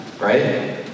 right